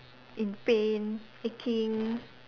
in pain aching